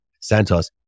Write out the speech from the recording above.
Santos